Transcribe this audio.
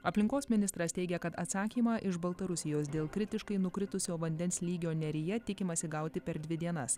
aplinkos ministras teigia kad atsakymą iš baltarusijos dėl kritiškai nukritusio vandens lygio neryje tikimasi gauti per dvi dienas